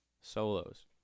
solos